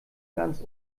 ganz